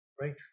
Right